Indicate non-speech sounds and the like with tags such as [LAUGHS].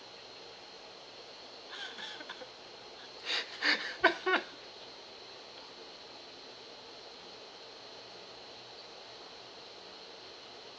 [LAUGHS]